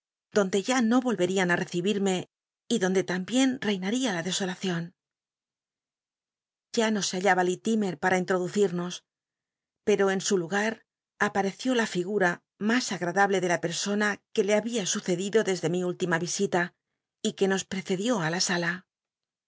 donde ya no volverían a recibirme y donde tambicn cinaria la dcsolaciou ya no se hallaba j ittimcr pam inhoducimos pero en su lugar apareció la figura mas agradable de la persona c uc le había sucedido desde mi última visita y que nos precedió la sala